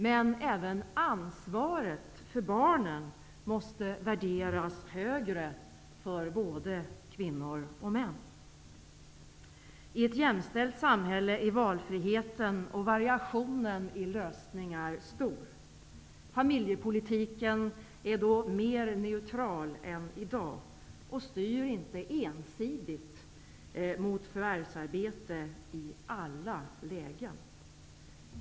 Men även ansvaret för barnen måste värderas högre för både kvinnor och män. I ett jämställt samhälle är valfriheten och variationen i lösningar stor. Familjepolitiken är då mer neutral än i dag och styr inte ensidigt mot förvärvsarbete i alla lägen.